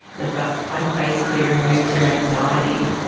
the butt plug basically removes your anxiety.